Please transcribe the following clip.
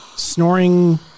snoring